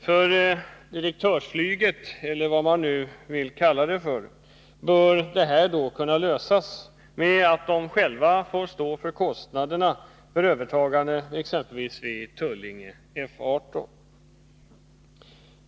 För ”direktörsflyget”, eller vad man vill kalla det, bör problemen kunna lösas genom att vederbörande själva får stå för kostnaderna för exempelvis övertagande av Tullinge-F 18.